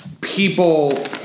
people